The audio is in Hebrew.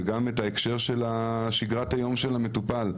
וגם את ההקשר של שגרת היום של המטופל.